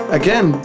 again